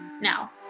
now